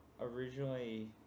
originally